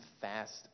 fast